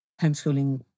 homeschooling